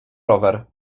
rower